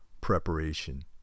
preparation